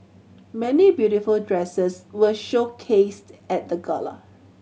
many beautiful dresses were showcased at the gala